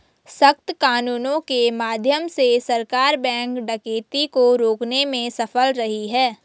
सख्त कानूनों के माध्यम से सरकार बैंक डकैती को रोकने में सफल रही है